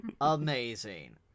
amazing